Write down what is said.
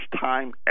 time